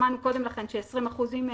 שמענו קודם לכן 170 מעונות